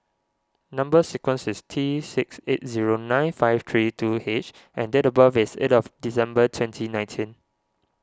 Number Sequence is T six eight zero nine five three two H and date of birth is eight of December twenty nineteen